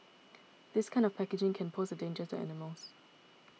this kind of packaging can pose a danger to animals